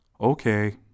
Okay